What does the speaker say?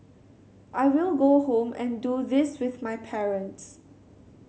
I will go home and do this with my parents